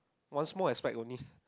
one small aspect only